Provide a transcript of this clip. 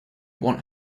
want